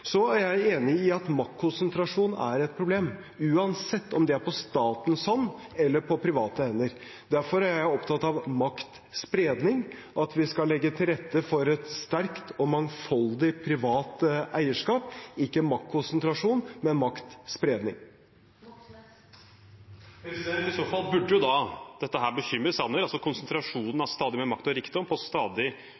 Så er jeg enig i at maktkonsentrasjon er et problem, uansett om det er på statens hånd eller på private hender. Derfor er jeg opptatt av maktspredning og av at vi skal legge til rette for et sterkt og mangfoldig privat eierskap – ikke maktkonsentrasjon, men maktspredning. I så fall burde dette bekymre Sanner – konsentrasjonen